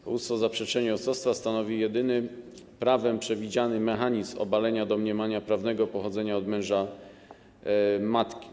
Powództwo o zaprzeczenie ojcostwa stanowi jedyny prawem przewidziany mechanizm obalenia domniemania prawnego pochodzenia od męża matki.